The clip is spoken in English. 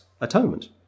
atonement